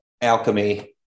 alchemy